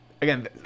Again